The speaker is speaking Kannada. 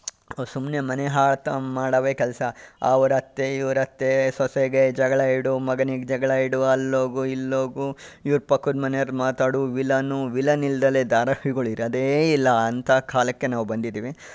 ಅವ್ರು ಸುಮ್ಮನೆ ಮನೆ ಹಾಳು ಮಾಡೋದೇ ಕೆಲಸ ಅವರತ್ತೆ ಇವರತ್ತೆ ಸೊಸೆಗೆ ಜಗಳ ಇಡು ಮಗನಿಗೆ ಜಗಳ ಇಡು ಅಲ್ಲೋಗೂ ಇಲ್ಲೋಗೂ ಇವ್ರ ಪಕ್ಕದಮನೆಯವರು ಮಾತಾಡು ವಿಲನ್ನು ವಿಲನಿಲ್ಲದಲೇ ಧಾರಾವಾಹಿಗಳು ಇರೋದೇ ಇಲ್ಲ ಅಂಥ ಕಾಲಕ್ಕೆ ನಾವು ಬಂದಿದ್ದೇವೆ